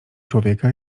człowieka